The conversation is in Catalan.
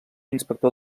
inspector